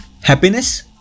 happiness